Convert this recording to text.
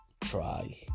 try